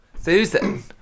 susan